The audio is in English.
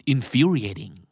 Infuriating